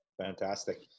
Fantastic